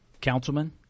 Councilman